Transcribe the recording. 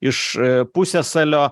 iš pusiasalio